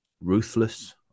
ruthless